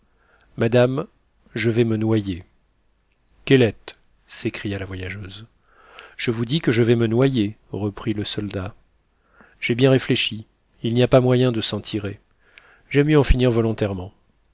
madame je vais me noyer kellet s'écria la voyageuse je vous dis que je vais me noyer reprit le soldat j'ai bien réfléchi il n'y a pas moyen de s'en tirer j'aime mieux en finir volontairement